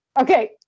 Okay